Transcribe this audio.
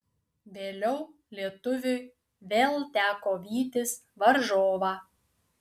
vėliau lietuviui vėl teko vytis varžovą